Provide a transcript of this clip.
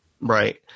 right